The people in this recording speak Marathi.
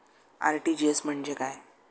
आर.टी.जी.एस म्हणजे काय?